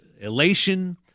elation